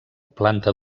planta